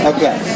Okay